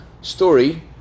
story